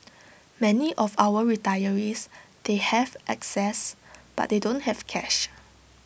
many of our retirees they have access but they don't have cash